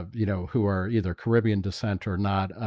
um you know who are either caribbean descent or not? ah,